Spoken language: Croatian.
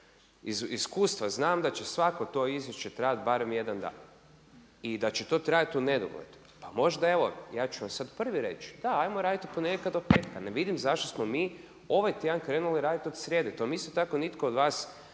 Iz iskustva znam da će svako to izvješće trajati barem jedan dan i da ćeto trajati u nedogled. Pa možda evo, ja ću vam sada prvi reći, da ajmo raditi od ponedjeljka do petka. Ne vidim zašto smo mi ovaj tjedan krenuli raditi od srijede. To mi isto tako nitko od vas